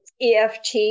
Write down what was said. EFT